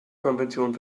konvention